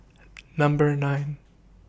Number nine